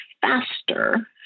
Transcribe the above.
faster